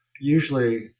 usually